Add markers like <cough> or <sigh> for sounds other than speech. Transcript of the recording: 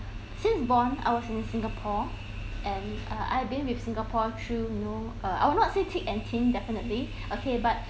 since born I was in singapore and uh I been with singapore through know uh I would not say thick and thin definitely <breath> okay but